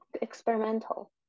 experimental